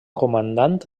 comandant